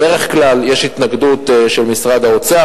בדרך כלל יש התנגדות של משרד האוצר.